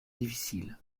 difficiles